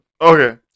Okay